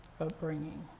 upbringing